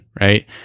right